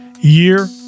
year